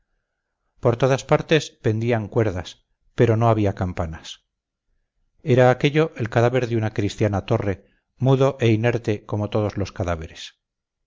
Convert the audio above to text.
por todas partes pendían cuerdas pero no había campanas era aquello el cadáver de una cristiana torre mudo e inerte como todos los cadáveres